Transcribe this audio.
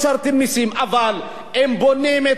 אבל הם בונים את התזה שלהם,